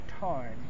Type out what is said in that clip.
time